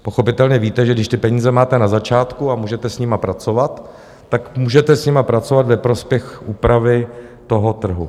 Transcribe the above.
Pochopitelně víte, že když ty peníze máte na začátku a můžete s nimi pracovat, tak můžete s nimi pracovat ve prospěch úpravy toho trhu.